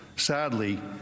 Sadly